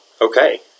Okay